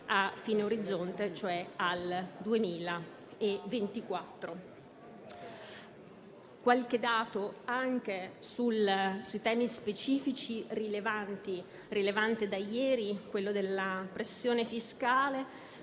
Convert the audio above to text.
a fine orizzonte, cioè nel 2024. Qualche dato anche su temi specifici rilevanti quale quello della pressione fiscale.